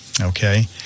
okay